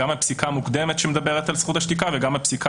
גם בפסיקה המוקדמת שמדברת על זכות השתיקה וגם בפסיקה